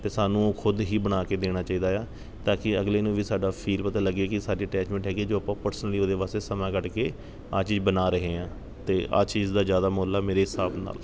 ਅਤੇ ਸਾਨੂੰ ਖੁਦ ਹੀ ਬਣਾ ਕੇ ਦੇਣਾ ਚਾਹੀਦਾ ਆ ਤਾਂ ਕਿ ਅਗਲੇ ਨੂੰ ਵੀ ਸਾਡਾ ਫੀਲ ਪਤਾ ਲੱਗੇ ਕਿ ਸਾਡੀ ਅਟੈਚਮੈਂਟ ਹੈਗੀ ਹੈ ਜੋ ਆਪਾਂ ਪਰਸਨਲੀ ਉਹਦੇ ਵਾਸਤੇ ਸਮਾਂ ਕੱਢ ਕੇ ਆਹ ਚੀਜ਼ ਬਣਾ ਰਹੇ ਹਾਂ ਅਤੇ ਆਹ ਚੀਜ਼ ਦਾ ਜ਼ਿਆਦਾ ਮੁੱਲ ਆ ਮੇਰੇ ਹਿਸਾਬ ਨਾਲ